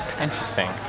interesting